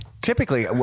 typically